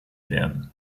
werden